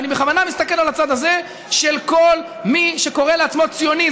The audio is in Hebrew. ואני בכוונה מסתכל על הצד הזה של כל מי שקורא לעצמו ציוני.